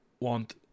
want